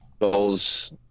goals